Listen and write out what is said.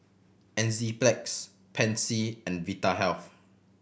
Enzyplex Pansy and Vitahealth